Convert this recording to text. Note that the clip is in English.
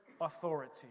authority